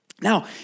Now